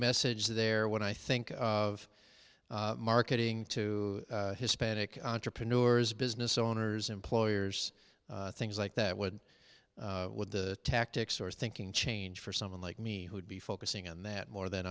message there when i think of marketing to hispanic entrepreneurs business owners employers things like that would what the tactics or thinking change for someone like me who would be focusing on that more than